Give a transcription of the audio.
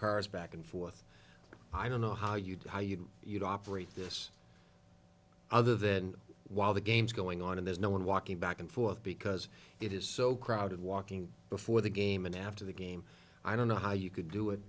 cars back and forth i don't know how you do how you you know operate this other than while the game's going on and there's no one walking back and forth because it is so crowded walking before the game and after the game i don't know how you could do it